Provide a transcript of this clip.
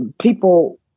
People